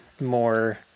more